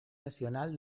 nacional